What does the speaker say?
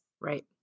Right